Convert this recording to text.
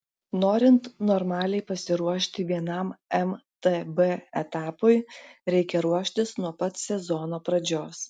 norint normaliai pasiruošti vienam mtb etapui reikia ruoštis nuo pat sezono pradžios